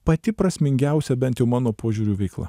pati prasmingiausia bent jau mano požiūriu veikla